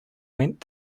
went